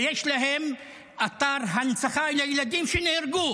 ויש להם אתר הנצחה לילדים שנהרגו,